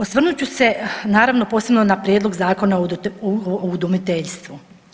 Osvrnut ću se naravno posebno na prijedlog Zakona o udomiteljstvu.